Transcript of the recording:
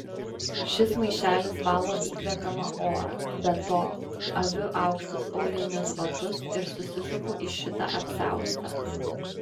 šis maišelis valo įkvepiamą orą be to aviu aukštus aulinius batus ir susisupu į šitą apsiaustą